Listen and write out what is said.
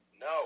No